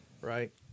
right